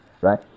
Right